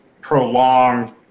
prolonged